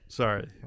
Sorry